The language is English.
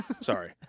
sorry